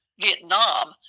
Vietnam